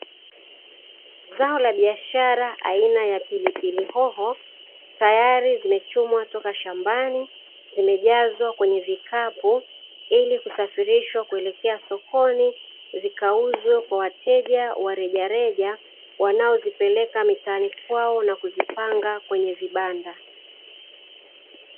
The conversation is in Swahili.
Zao la biashara aina ya pilipili hoho tayari zimechumwa toka shambani, zimejazwa kwenye vikapu ili kusafirishwa kuelekea sokoni zikauzwe kwa wateja wa rejareja wanaozipeleka mitaani kwao na kuzipanga kwenye vibanda.